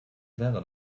wäre